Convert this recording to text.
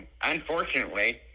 unfortunately